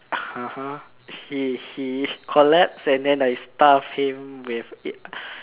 (uh huh) he he collapse and then I stuff him with it